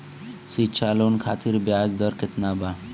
शिक्षा लोन खातिर ब्याज दर केतना बा?